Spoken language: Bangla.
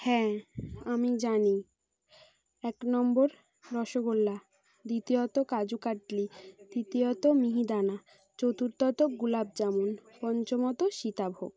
হ্যাঁ আমি জানি এক নম্বর রসগোল্লা দ্বিতীয়ত কাজু কাটলি তিতীয়ত মিহিদানা চতুর্থত গুলাব জামুন পঞ্চমত সীতাভোগ